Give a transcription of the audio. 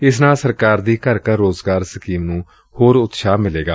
ਇਸ ਨਾਲ ਸਰਕਾਰ ਦੀ ਘਰ ਘਰ ਰੋਜ਼ਗਾਰ ਸਕੀਮ ਨੁੰ ਹੋਰ ਉਤਸ਼ਾਹ ਮਿਲੇਗਾ